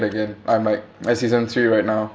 again I'm like at season three right now